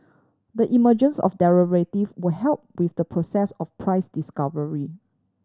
the emergence of derivative will help with the process of price discovery